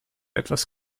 etwas